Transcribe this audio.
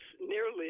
nearly